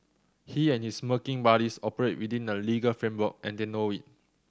he and his smirking buddies operate within the legal framework and they know it